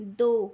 ਦੋ